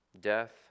death